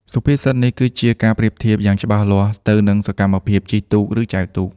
សុភាសិតនេះគឺជាការប្រៀបធៀបយ៉ាងច្បាស់លាស់ទៅនឹងសកម្មភាពជិះទូក ឬចែវទូក។